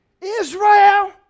Israel